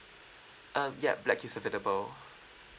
um yup black is available